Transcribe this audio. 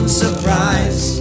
surprise